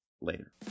later